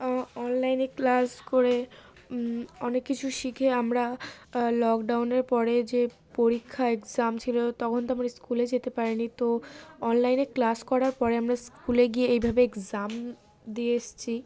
অনলাইনে ক্লাস করে অনেক কিছু শিখে আমরা লকডাউনের পরে যে পরীক্ষা এক্সাম ছিল তখন তো আমরা স্কুলে যেতে পার নি তো অনলাইনে ক্লাস করার পরে আমরা স্কুলে গিয়ে এইভাবে এক্সাম দিয়ে এসেছি